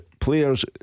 players